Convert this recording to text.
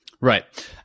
Right